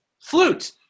Flute